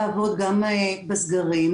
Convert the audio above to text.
אנשים לא רוצים לעבוד שם,